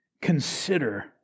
consider